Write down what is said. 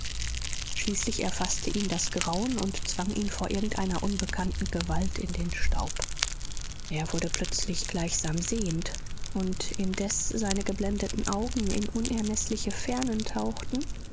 schließlich erfaßte ihn das grauen und zwang ihn vor irgendeiner unbekannten gewalt in den staub er wurde plötzlich gleichsam sehend und indes seine geblendeten augen in unermeßliche fernen tauchten